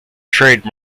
trade